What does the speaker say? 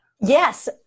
Yes